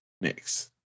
next